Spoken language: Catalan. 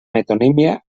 metonímia